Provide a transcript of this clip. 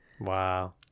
Wow